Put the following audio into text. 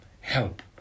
help